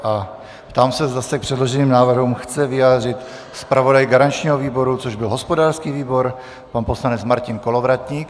Ptám se, zda se k předloženým návrhům chce vyjádřit zpravodaj garančního výboru, což byl hospodářský výbor, pan poslanec Martin Kolovratník.